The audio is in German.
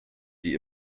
die